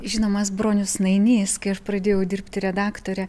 žinomas bronius nainys kai aš pradėjau dirbti redaktore